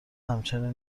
همچنین